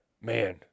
man